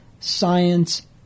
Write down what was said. science